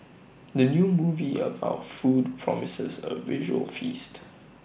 the new movie about food promises A visual feast